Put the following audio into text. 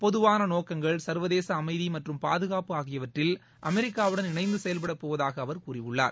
பொதுவான நோக்கங்கள் சர்வதேச அமைதி மற்றும் பாதுகாப்பு ஆகியவற்றில் அமெரிக்காவுடன் இணைந்து செயல்படப் போவதாக அவர் கூறியுள்ளார்